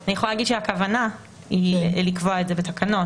אני יכולה לומר שהכוונה היא לקבוע את זה בתקנות.